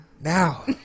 Now